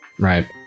Right